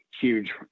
huge